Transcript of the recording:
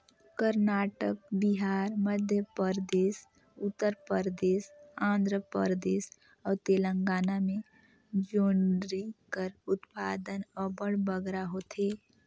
करनाटक, बिहार, मध्यपरदेस, उत्तर परदेस, आंध्र परदेस अउ तेलंगाना में जोंढरी कर उत्पादन अब्बड़ बगरा होथे